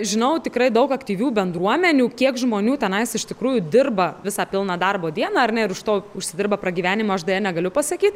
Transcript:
žinau tikrai daug aktyvių bendruomenių kiek žmonių tenais iš tikrųjų dirba visą pilną darbo dieną ar ne ir iš to užsidirba pragyvenimui aš deja negaliu pasakyt